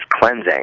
cleansing